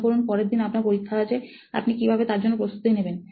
মনে করুন পরের দিন আপনার পরীক্ষা আছে আপনি কি ভাবে তার জন্য প্রস্তুতি নেবেন